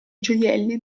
gioielli